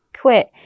quit